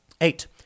Eight